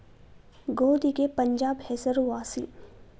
ಗೋಧಿಗೆ ಪಂಜಾಬ್ ಹೆಸರು ವಾಸಿ